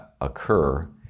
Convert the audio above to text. occur